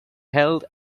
held